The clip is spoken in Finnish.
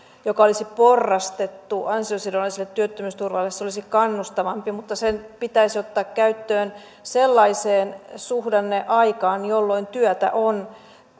joka olisi porrastettu ansiosidonnaiselle työttömyysturvalle se olisi kannustavampi mutta se pitäisi ottaa käyttöön sellaiseen suhdanneaikaan jolloin työtä on